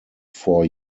four